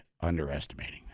underestimating